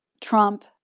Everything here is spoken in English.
Trump